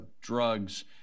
drugs